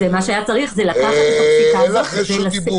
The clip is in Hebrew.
אז מה שהיה צריך זה לקחת את הפסיקה -- אין לך רשות דיבור.